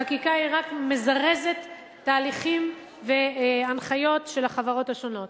חקיקה רק מזרזת תהליכים והנחיות של החברות השונות.